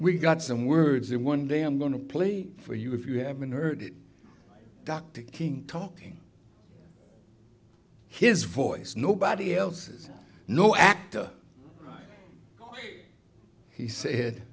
we got some words in one day i'm going to play for you if you haven't heard it dr king talking his voice nobody else says no actor he said